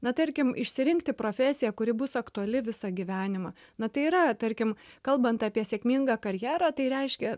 na tarkim išsirinkti profesiją kuri bus aktuali visą gyvenimą na tai yra tarkim kalbant apie sėkmingą karjerą tai reiškia